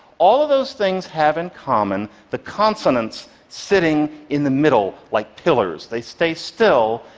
all those things have in common the consonants sitting in the middle like pillars. they stay still,